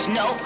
no